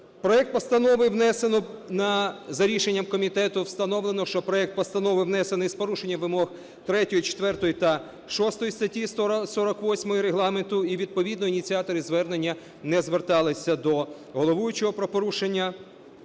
проект постанови внесений з порушенням вимог 3, 4 та 6 статті 48 Регламенту. І відповідно ініціатори звернення не звертались до головуючого про порушення